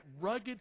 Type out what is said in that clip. rugged